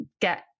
get